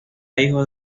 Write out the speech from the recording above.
hijo